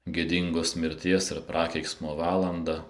gėdingos mirties ir prakeiksmo valanda